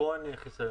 פה אין חיסיון.